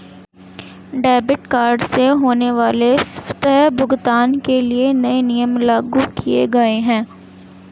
debit card से होने वाले स्वतः भुगतान के लिए नए नियम लागू किये गए है